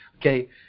okay